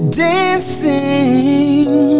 dancing